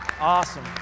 Awesome